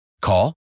Call